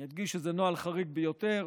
אני אדגיש שזה נוהל חריג ביותר,